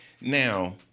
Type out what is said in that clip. Now